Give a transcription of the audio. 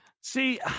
See